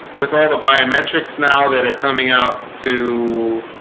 with all the biometrics now that are coming out to